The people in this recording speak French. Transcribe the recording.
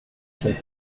sont